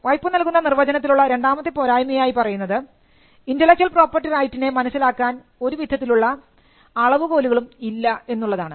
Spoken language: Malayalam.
വൈപോ നൽകുന്ന നിർവചനത്തിലുള്ള രണ്ടാമത്തെ പോരായ്മയായി പറയുന്നത് ഇന്റെലക്ച്വൽ പ്രോപ്പർട്ടി റൈറ്റിനെ മനസ്സിലാക്കാൻ ഒരു വിധത്തിലുള്ള അളവുകോലുകളും ഇല്ല എന്നുള്ളതാണ്